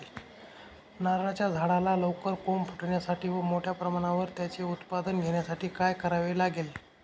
नारळाच्या झाडाला लवकर कोंब फुटण्यासाठी व मोठ्या प्रमाणावर त्याचे उत्पादन घेण्यासाठी काय करावे लागेल?